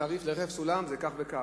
התעריף של רכב עם סולם הוא כך וכך,